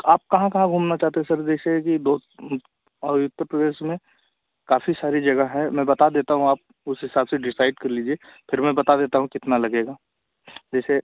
आप कहाँ कहाँ घूमना चाहते हो सर जैसे कि बहुत ही उत्तर प्रदेश में काफ़ी सारी जगह हैं मैं बता देता हूँ आप उस हिसाब से डिसाइड कर लीजिए फिर मैं बता देता हूँ कितना लगेगा जैसे